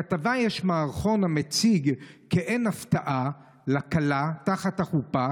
בכתבה יש מערכון המציג מעין הפתעה לכלה תחת החופה,